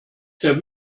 der